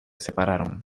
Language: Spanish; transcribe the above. separaron